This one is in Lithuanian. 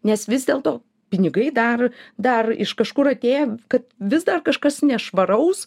nes vis dėl to pinigai dar dar iš kažkur atėję kad vis dar kažkas nešvaraus